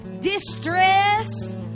distress